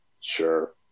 Sure